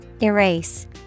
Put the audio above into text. Erase